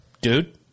dude